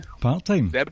Part-time